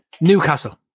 Newcastle